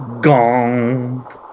gong